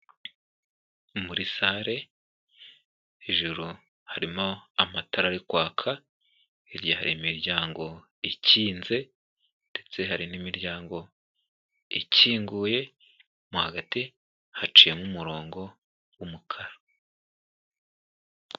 Muri salle, hejuru harimo amatara ari kwaka, hirya hari imiryango ikinze ndetse hari n'imiryango ikinguye, mo hagati haciyemo umurongo w’umukara.